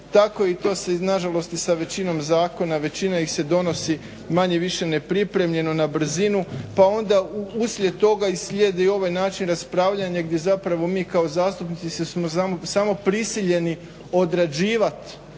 tako i to se nažalost i sa većinom zakona. Većina ih se donosi manje-više ne pripremljeno, na brzinu pa onda uslijed toga i slijedi i ovaj način raspravljanja gdje zapravo mi kao zastupnici smo samo prisiljeni odrađivat